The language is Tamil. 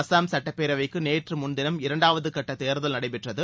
அசாம் சட்டப்பேரவைக்கு நேற்று முன்தினம் இரண்டாவது கட்ட தேர்தல் நடைபெற்றது